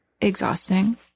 exhausting